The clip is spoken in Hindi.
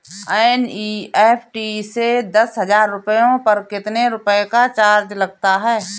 एन.ई.एफ.टी से दस हजार रुपयों पर कितने रुपए का चार्ज लगता है?